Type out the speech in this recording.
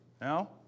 now